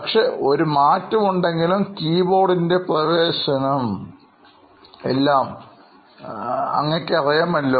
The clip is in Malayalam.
പക്ഷേ ഒരു മാറ്റം ഉണ്ടെങ്കിലും കീബോർഡിൻറെ പ്രവേശനം എല്ലാം നിങ്ങൾക്കറിയാമല്ലോ